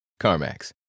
CarMax